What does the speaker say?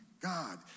God